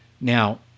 Now